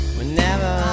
Whenever